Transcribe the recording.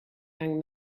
young